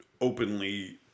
openly